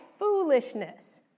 foolishness